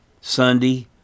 Sunday